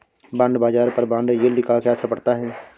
Bond बाजार पर bond yield का क्या असर पड़ता है?